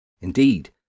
Indeed